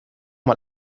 mal